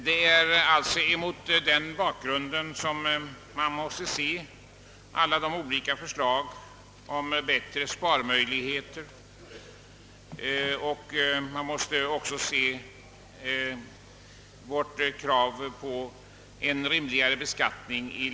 Det är mot denna bakgrund man skall se alla de olika förslag om bättre sparmöjligheter som vi framlagt liksom vårt krav på en rimligare beskattning.